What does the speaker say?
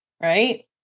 right